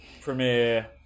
premiere